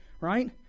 right